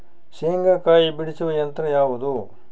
ಶೇಂಗಾಕಾಯಿ ಬಿಡಿಸುವ ಯಂತ್ರ ಯಾವುದು?